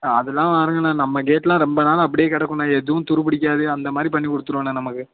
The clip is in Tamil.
ஆ அதலாம் பாருங்கண்ணா நம்ம கேட்டுலாம் ரொம்ப நாள் அப்டியே கிடக்குண்ண எதுவும் துரு பிடிக்காது அந்த மாதிரி பண்ணிக் கொடுத்துருவோண்ண நமக்கு